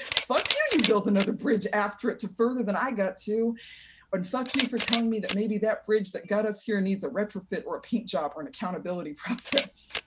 fuck you, you built another bridge after it to further than i got to, and but fuck you for telling me that maybe that bridge that got us here needs a retrofit or a paint job or an accountability process.